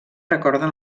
recorden